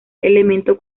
elemento